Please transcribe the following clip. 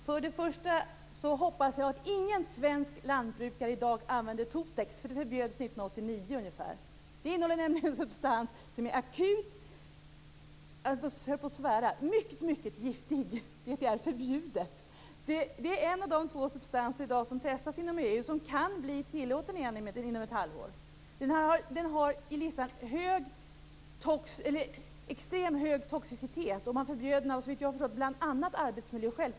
Herr talman! För det första hoppas jag att ingen svensk lantbrukare i dag använder Totex. Det förbjöds ungefär år 1989. Det innehåller en substans - jag höll här på att svära - som är mycket giftig. Det är dock en av de två substanser som i dag testas inom EU och som kan bli tillåten igen inom ett halvår. Den har extremt hög toxicitet, och den förbjöds såvitt jag förstår bl.a. av arbetsmiljöskäl.